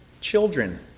children